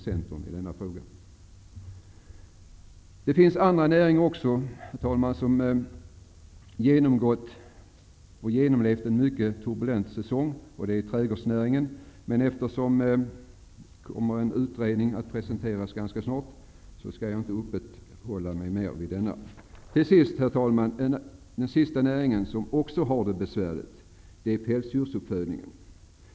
Det finns också andra näringar, herr talman, som genomlevt mycket turbulens, t.ex. trädgårdsnäringen, men eftersom en utredning kommer att presenteras ganska snart skall jag inte uppehålla mig mer vid denna. Till sist ska jag ta upp en näring som också har det besvärligt, nämligen pälsdjursuppfödningen.